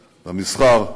במסחר,